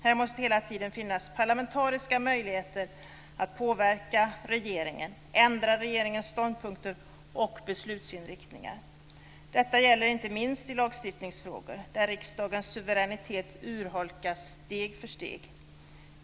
Det måste hela tiden finnas parlamentariska möjligheter att påverka regeringen, ändra regeringens ståndpunkter och beslutsinriktning. Det gäller inte minst i lagstiftningsfrågor, där riksdagens suveränitet urholkas steg för steg.